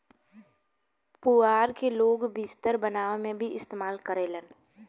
पुआरा के लोग बिस्तर बनावे में भी इस्तेमाल करेलन